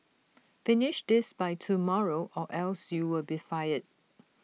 finish this by tomorrow or else you'll be fired